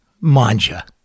manja